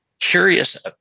curious